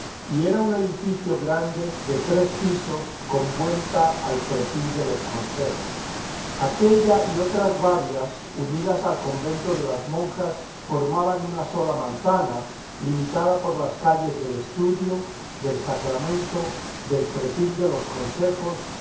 y era un edificio grande de tres pisos con vuelta al pretil de los consejos aquélla y otras varias unidas al convento de las monjas formaban una sola manzana limitada por las calles del estudio del sacramento del pretil de los consejos